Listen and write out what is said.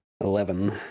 Eleven